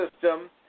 system